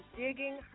digging